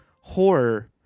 horror